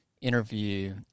interview